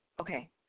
okay